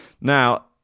Now